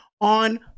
on